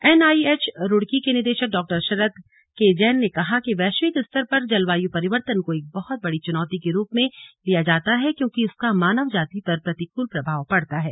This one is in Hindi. एन आई एच रूड़की के निदेशक डॉ शरद के जैन ने कहा कि वैश्विक स्तर पर जलवायु परिवर्तन को एक बहुत बड़ी चुनौती के रूप में लिया जाता है क्योंकि इसका मानव जाति पर प्रतिकूल प्रभाव पड़ता है